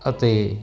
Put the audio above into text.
ਅਤੇ